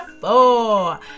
four